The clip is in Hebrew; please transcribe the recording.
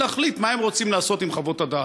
להחליט מה הם רוצים לעשות עם חוות הדעת.